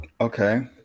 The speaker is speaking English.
Okay